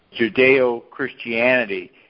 Judeo-Christianity